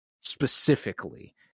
specifically